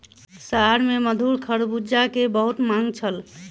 शहर में मधुर खरबूजा के बहुत मांग छल